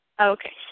Okay